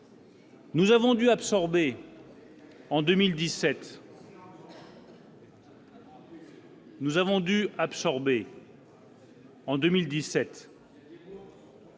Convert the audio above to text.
Nous avons dû absorber. En 2017. Nous avons dû absorber en 2017.